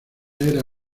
era